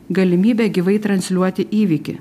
galimybe gyvai transliuoti įvykį